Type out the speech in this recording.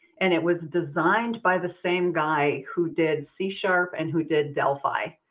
and it was designed by the same guy who did c sharp and who did delphi.